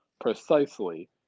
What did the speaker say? precisely